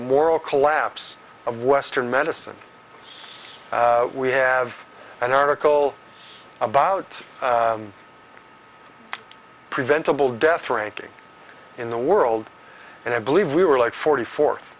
moral collapse of western medicine we have an article about preventable death ranking in the world and i believe we were like forty four